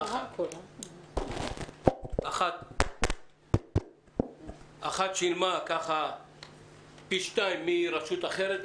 אחת שילמה פי שתיים מרשות אחרת,